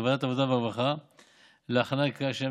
לוועדת העבודה והרווחה להכנה לקריאה שנייה